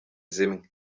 zimwe